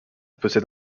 possède